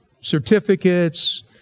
certificates